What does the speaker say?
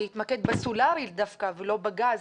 להתמקד בסולרי דווקא ולא בגז.